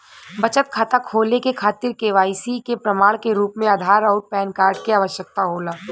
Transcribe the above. बचत खाता खोले के खातिर केवाइसी के प्रमाण के रूप में आधार आउर पैन कार्ड के आवश्यकता होला